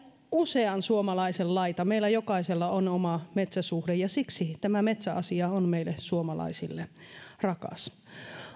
usean suomalaisen laita meillä jokaisella on oma metsäsuhde ja siksi tämä metsäasia on meille suomalaisille rakas